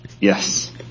Yes